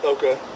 Okay